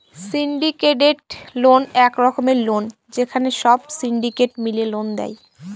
syndicated loan এক রকমের loan যেখানে সব সিন্ডিকেট মিলে লোন দেয়